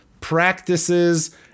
practices